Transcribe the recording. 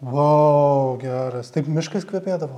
vau geras taip miškas kvepėdavo